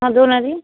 ହଁ ଦେଉନାହାନ୍ତି